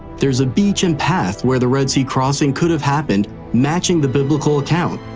there's a beach and path where the red sea crossing could have happened matching the biblical account.